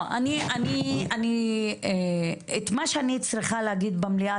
את מה שאני צריכה להגיד במליאה,